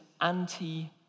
anti